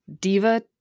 Diva